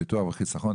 הביטוח והחיסכון.